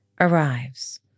arrives